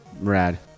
Rad